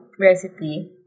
recipe